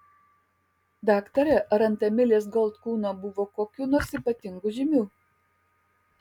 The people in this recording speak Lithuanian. daktare ar ant emilės gold kūno buvo kokių nors ypatingų žymių